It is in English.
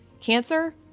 Cancer